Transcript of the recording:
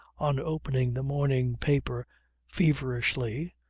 on opening the morning paper feverishly,